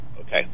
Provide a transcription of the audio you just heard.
Okay